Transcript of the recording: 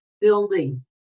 building